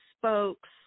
spokes